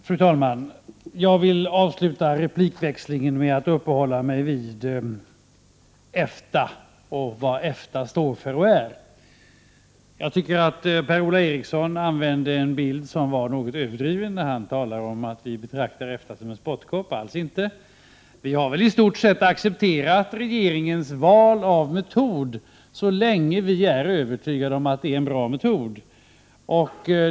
Fru talman! Jag vill avsluta replikväxlingen med att uppehålla mig vid EFTA och vad EFTA står för och är. Per-Ola Eriksson använde en något överdriven bild, när han påstod att vi betraktar EFTA som en spottkopp. Alls inte! Vi har väli stort sett accepterat regeringens val av metod så länge vi är övertygade om att det är en bra metod.